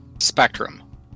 spectrum